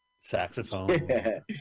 Saxophone